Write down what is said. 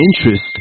interest